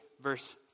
verse